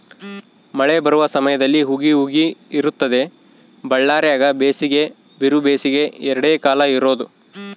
ಮಳೆ ಬರುವ ಸಮಯದಲ್ಲಿ ಹುಗಿ ಹುಗಿ ಇರುತ್ತದೆ ಬಳ್ಳಾರ್ಯಾಗ ಬೇಸಿಗೆ ಬಿರುಬೇಸಿಗೆ ಎರಡೇ ಕಾಲ ಇರೋದು